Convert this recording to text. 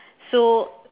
so